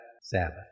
Sabbath